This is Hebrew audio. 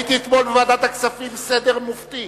הייתי אתמול בוועדת הכספים, סדר מופתי.